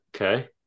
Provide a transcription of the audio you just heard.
okay